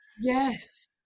Yes